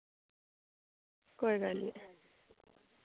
कोई गल्ल निं